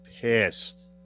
pissed